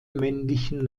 männlichen